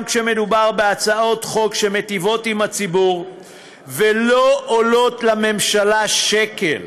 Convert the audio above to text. גם כשמדובר בהצעות חוק שמיטיבות עם הציבור ולא עולות לממשלה שקל,